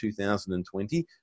2020